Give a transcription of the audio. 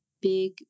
big